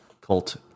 cult